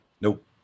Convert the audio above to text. Nope